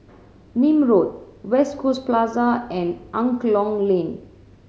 Nim Road West Coast Plaza and Angklong Lane